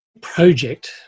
project